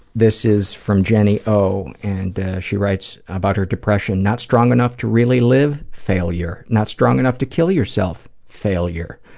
this is from jenny o, and she writes about her depression not strong enough to really live failure. not strong enough to kill yourself failure.